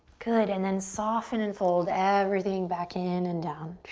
good, and then soften and fold everything back in and down.